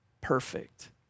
perfect